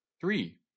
three